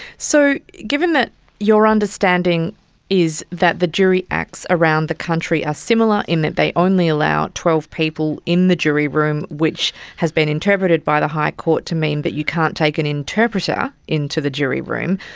so given that your understanding is that the jury acts around the country are ah similar in that they only allow twelve people in the jury room which has been interpreted by the high court to mean that you can't take an interpreter into the jury room,